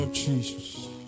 Jesus